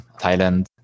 Thailand